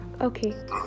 okay